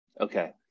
Okay